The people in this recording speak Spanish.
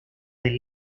del